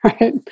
right